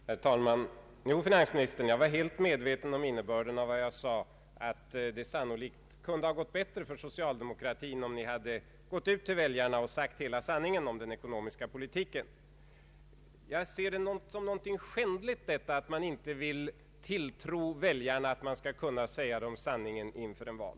Herr talman! Jo, herr finansminister, jag var helt medveten om innebörden i vad jag sade, att det sannolikt kunde ha gått bättre för socialdemokratin om ni hade gått ut till väljarna och sagt hela sanningen om den ekonomiska politiken. Jag ser det som något skändligt att man inte har sådant förtroende för väljarna att man skall kunna säga dem sanningen inför ett val.